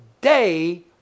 day